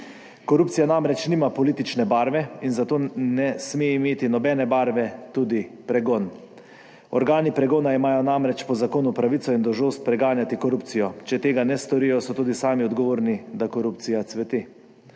Korupcija namreč nima politične barve in zato ne sme imeti nobene barve tudi pregon. Organi pregona imajo namreč po zakonu pravico in dolžnost preganjati korupcijo. Če tega ne storijo, so tudi sami odgovorni, da korupcija cveti.